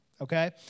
okay